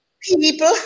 People